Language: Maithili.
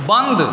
बन्द